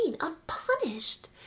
unpunished